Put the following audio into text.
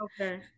Okay